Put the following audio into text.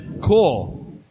Cool